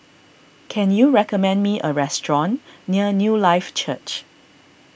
can you recommend me a restaurant near Newlife Church